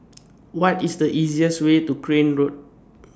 What IS The easiest Way to Crane Road